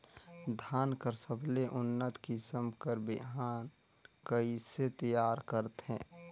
धान कर सबले उन्नत किसम कर बिहान कइसे तियार करथे?